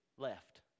left